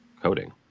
coding